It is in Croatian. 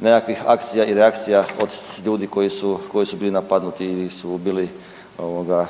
nekakvih akcija i reakcija od ljudi koji su bili napadnuti ili su bili